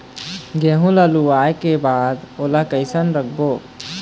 गेहूं ला लुवाऐ के बाद ओला कइसे राखबो?